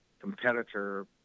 competitor